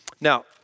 Now